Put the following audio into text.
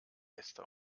äste